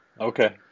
okay